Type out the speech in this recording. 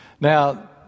Now